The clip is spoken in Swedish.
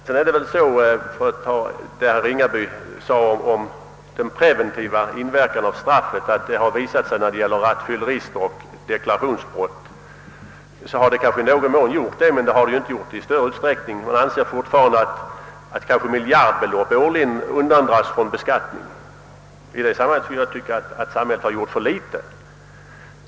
Herr Ringaby anförde beträffande straffets preventiva inverkan att det visat sig, när det gäller rattfyllerister och deklarationsbrottslingar, att straffet haft en viss återhållande effekt. Kanske det är fallet, men det är ju trots allt så att fortfarande kanske miljardbelopp årligen undandras från beskattning. I det sammanhanget anser jag att samhället gjort för litet.